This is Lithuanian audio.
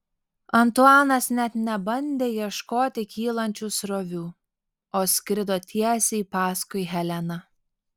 antuanas net nebandė ieškoti kylančių srovių o skrido tiesiai paskui heleną